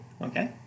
Okay